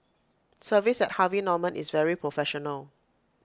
service at Harvey Norman is very professional